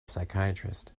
psychiatrist